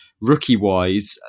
Rookie-wise